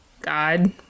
God